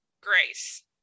Grace